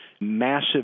massive